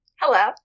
Hello